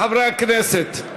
חברי הכנסת,